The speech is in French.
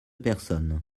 personnes